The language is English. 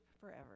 forever